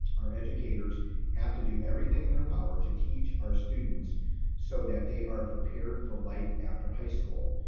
our educators have to do everything in their power to teach our students so that they are prepared for life after high school.